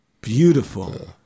Beautiful